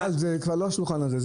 טל, זה כבר לא על השולחן הזה.